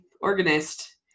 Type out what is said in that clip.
organist